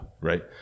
Right